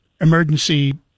emergency